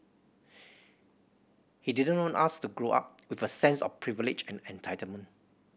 he didn't want us to grow up with a sense of privilege and entitlement